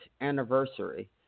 anniversary